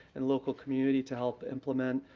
and local community to help implement